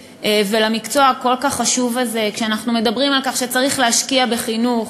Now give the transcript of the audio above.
ולמקצוע הכל-כך חשוב הזה כשאנחנו מדברים על כך שצריך להשקיע בחינוך,